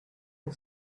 and